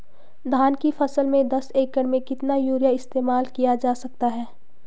धान की फसल में दस एकड़ में कितना यूरिया इस्तेमाल किया जा सकता है?